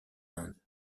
inde